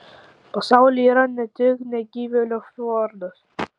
pasaulyje yra ne tik negyvėlio fjordas